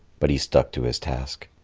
but he stuck to his task.